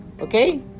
Okay